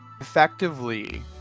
effectively